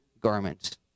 garments